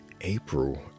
April